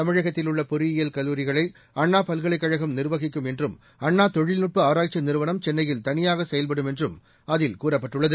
தமிழகத்தில் உள்ள பொறியியல் கல்லூரிகளை அண்ணா பல்கலைக் கழகம் நிர்வகிக்கும் என்றும் அண்ணா தொழில்நுட்ப ஆராய்ச்சி நிறுவனம் சென்னையில் தனியாக செயல்படும் என்றும் அதில் கூறப்பட்டுள்ளது